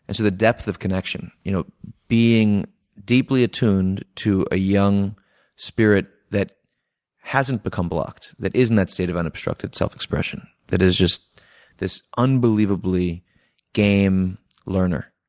and so the depth of connection you know being deeply attuned to a young spirit that hasn't become blocked, that is in that state of unobstructed self-expression, that is just this unbelievably game learner,